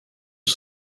sur